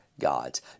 God's